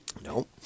No